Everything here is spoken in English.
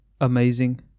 amazing